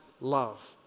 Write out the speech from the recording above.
love